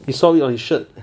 you saw it on his shirt